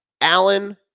Allen